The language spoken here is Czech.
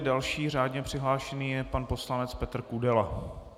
Další řádně přihlášený je pan poslanec Petr Kudela.